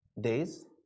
days